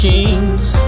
Kings